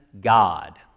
God